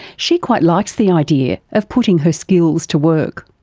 she quite likes the idea of putting her skills to work.